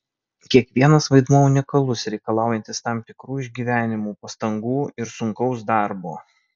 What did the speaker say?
kiekvienas vaidmuo unikalus reikalaujantis tam tikrų išgyvenimų pastangų ir sunkaus darbo